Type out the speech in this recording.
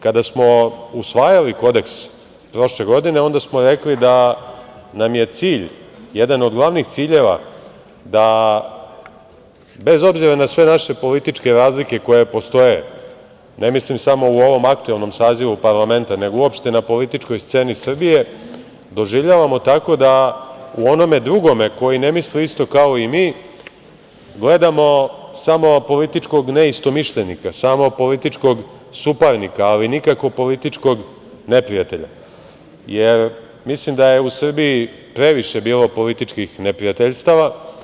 Kada smo usvajali Kodeks prošle godine, onda smo rekli da nam je cilj, jedan od glavnih ciljeva da bez obzira na sve naše političke razlike koje postoje, ne mislim samo u ovom aktuelnom sazivu parlamenta, nego uopšte na političkoj sceni Srbije, doživljavamo tako da u onome drugome ko ne misli isto kao i mi gledamo samo političkog neistomišljenika, samo političkog suparnika, ali nikako političkog neprijatelja, jer mislim da je u Srbiji bilo previše političkih neprijateljstava.